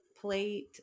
plate